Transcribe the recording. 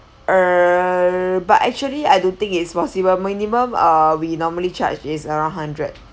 err but actually I do think it's possible minimum uh we normally charge is around hundred